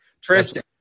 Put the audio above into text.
Tristan